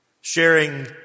Sharing